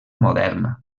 moderna